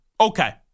Okay